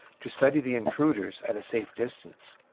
to study the intruders at a safe distance.